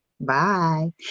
Bye